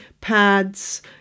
pads